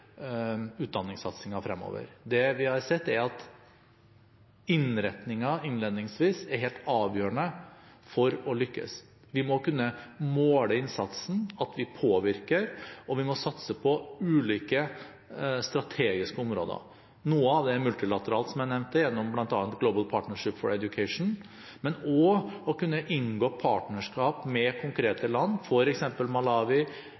fremover. Det vi har sett, er at innretningen innledningsvis er helt avgjørende for å lykkes. Vi må kunne måle innsatsen, måle at vi påvirker, og vi må satse på ulike strategiske områder, noe av det multilateralt – som jeg nevnte – gjennom bl.a. Global Partnership for Education. Men vi må også kunne inngå partnerskap med konkrete land,